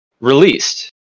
released